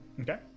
okay